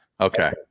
Okay